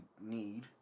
need